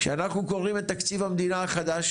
כשאנחנו קוראים את תקציב המדינה החדש,